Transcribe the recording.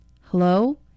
hello